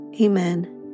Amen